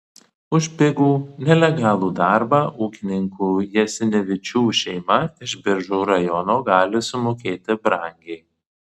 už pigų nelegalų darbą ūkininkų jasinevičių šeima iš biržų rajono gali sumokėti brangiai